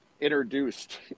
introduced